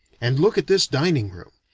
and look at this dining-room,